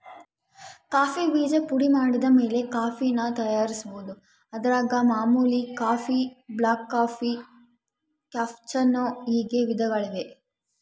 coffee ಬೀಜ ಪುಡಿಮಾಡಿದಮೇಲೆ ಕಾಫಿನ ತಯಾರಿಸ್ಬೋದು, ಅದರಾಗ ಮಾಮೂಲಿ ಕಾಫಿ, ಬ್ಲಾಕ್ಕಾಫಿ, ಕ್ಯಾಪೆಚ್ಚಿನೋ ಹೀಗೆ ವಿಧಗಳಿವೆ